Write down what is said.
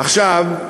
עכשיו,